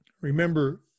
Remember